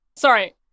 Sorry